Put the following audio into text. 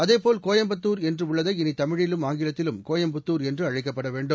அதேபோல் கோயம்பத்துா் என்று உள்ளதை இனி தமிழிலும் ஆங்கிலத்திலும் கோயம்புத்துா் என்று அழைக்கப்பட வேண்டும்